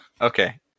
okay